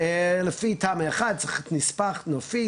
לפי תמ"א 1 צריך נספח נופי,